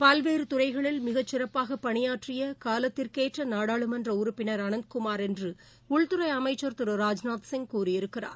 பல்வேறு துறைகளில் மிகச்சிறப்பாக பணியாற்றிய காலத்திற்கேற்ற நாடாளுமன்ற உறப்பினா் அனந்த்குமார் என்று உள்துறை அமைச்சர் திரு ராஜ்நாத்சிங் கூறியிருக்கிறார்